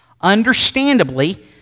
understandably